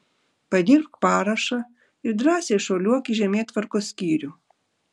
padirbk parašą ir drąsiai šuoliuok į žemėtvarkos skyrių